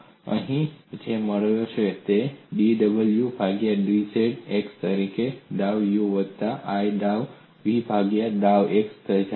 તો તમે અહીં જે મેળવો છો તે dw ભાગ્યા dz ડાઉ x વડે ડાઉ u વત્તા i ડાઉ v ભાગ્યા ડાઉ x